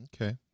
Okay